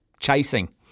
chasing